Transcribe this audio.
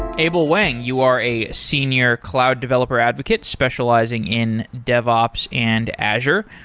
abel wang, you are a senior cloud developer advocate specializing in devops and azure.